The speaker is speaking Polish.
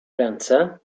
ręce